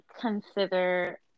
consider